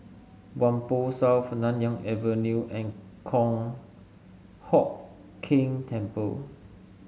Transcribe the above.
Whampoa South Nanyang Avenue and Kong Hock Keng Temple